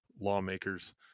lawmakers